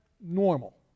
normal